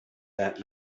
that